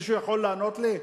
מישהו יכול לענות לי?